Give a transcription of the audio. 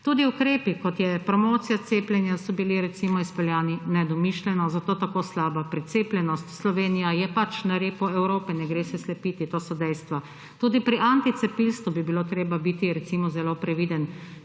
Tudi ukrepi, kot je promocija cepljenja, so bili, recimo, izpeljani nedomišljeno, zato tako slaba precepljenost. Slovenija je pač na repu Evrope, ne gre se slepiti. To so dejstva. Tudi pri anticepilstvu bi bilo treba biti, recimo, zelo previden.